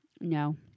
No